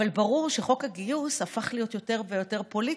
אבל ברור שחוק הגיוס הפך להיות יותר ויותר פוליטי,